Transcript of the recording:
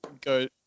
go